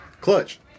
Clutch